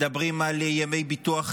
מדברים על ימי ביטוח,